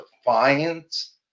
defiance